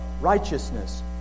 righteousness